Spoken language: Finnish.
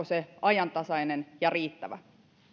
se ajantasainen ja riittävä